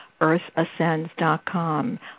earthascends.com